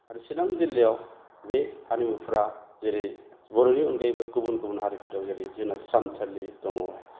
आरो चिरां जिल्लायाव बे हारिमुफोरा जेरै बर'नि अनगायैबो गुबुन गुबुन हारिफोर दं जेरै जोंना सानथालि दङ